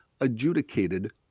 adjudicated